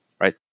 right